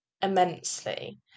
immensely